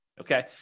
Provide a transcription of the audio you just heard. Okay